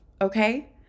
okay